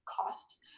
cost